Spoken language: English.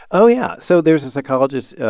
oh, yeah. so there's a psychologist,